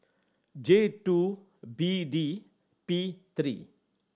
J two B D P three